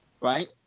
right